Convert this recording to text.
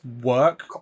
work